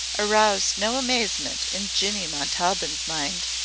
aroused no amazement in jinny montaubyn's mind.